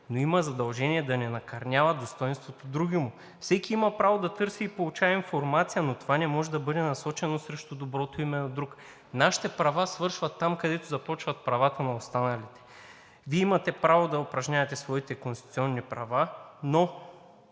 но има задължение да не накърнява достойнството другиму. Всеки има право да търси и получава информация, но това не може да бъде насочено срещу доброто име на друг. Нашите права свършват там, където започват правата на останалите. Вие имате право да упражнявате своите конституционни права, но